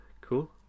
Cool